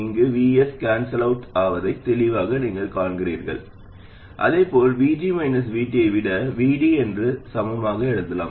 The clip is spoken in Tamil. இங்கு VS கேன்சல் அவுட் ஆவதை தெளிவாக நீங்கள் காண்கிறீர்கள் அதேபோல் VG VT ஐ விட VD என்று சமமாக எழுதலாம்